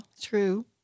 true